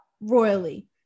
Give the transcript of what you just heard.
royally